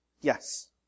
yes